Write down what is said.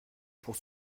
pour